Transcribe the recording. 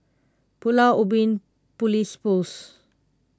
Pulau Ubin Police Post